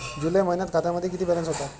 जुलै महिन्यात खात्यामध्ये किती बॅलन्स होता?